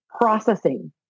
processing